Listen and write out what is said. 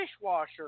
dishwasher